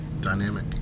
Dynamic